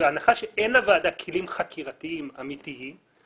בהנחה שאין לוועדה כלים חקירתיים אמיתיים,